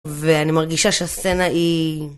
ואני מרגישה שהסצנה היא...